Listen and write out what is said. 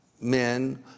men